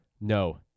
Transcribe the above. No